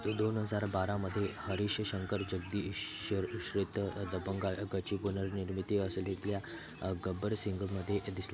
तो दोन हजार बारामध्ये हरीशशंकर जगदीशर श्रेत दबंगायकाची पुनर्निर्मिती असलेल्या गब्बरसिंगमध्येही दिसली